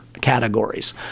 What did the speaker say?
categories